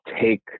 take